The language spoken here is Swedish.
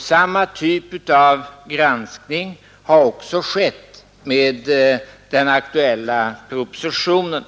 Samma typ av granskning har också skett med den aktuella propositionen.